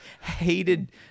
hated –